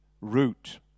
route